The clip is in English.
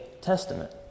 testament